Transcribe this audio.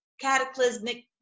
cataclysmic